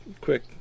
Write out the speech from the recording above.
quick